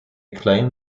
claim